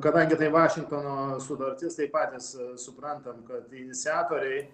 kadangi tai vašingtono sutartis tai patys suprantam kad iniciatoriai